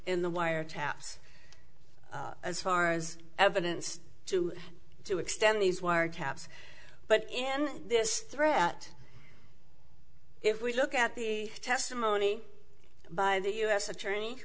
in the wiretaps as far as evidence to to extend these wiretaps but in this threat if we look at the testimony by the u s attorney